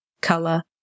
color